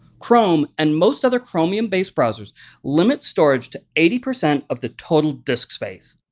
chrome and most other chromium based browsers limit storage to eighty percent of the total disk space.